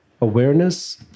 awareness